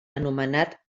anomenat